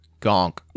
Gonk